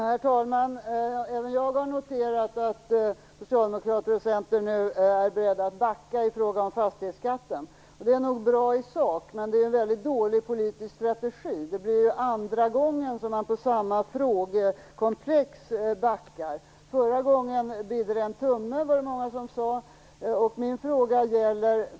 Herr talman! Även jag har noterat att Socialdemokraterna och Centern nu är beredda att backa i fråga om fastighetsskatten. Det är nog bra i sak, men det är en väldigt dålig politisk strategi. Det är andra gången som man backar i samma frågekomplex. Förra gången "bidde det en tumme", var det många som sade.